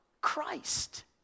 Christ